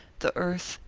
the earth,